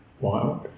Wild